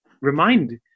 Remind